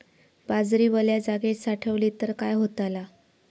बाजरी वल्या जागेत साठवली तर काय होताला?